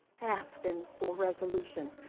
asking for resolution.